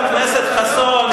חבר הכנסת חסון,